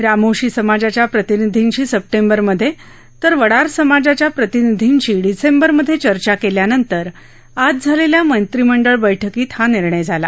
रामोशी समाजाच्या प्रतिनिधींशी सप्टेंबरमधे तर वडार समाजाच्या प्रतिनिधींशी डिसेंबरमधे चर्चा केल्यानंतर आज झालेल्या मंत्रिमंडळ बैठकीत हा निर्णय झाला